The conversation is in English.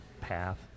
path